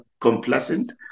complacent